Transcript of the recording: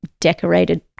decorated